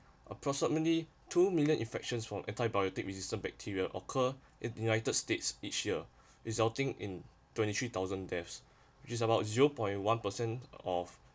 approximately two million infections from antibiotic resistant bacteria occur in the united states each year resulting in twenty three thousand deaths which is about zero point one percent of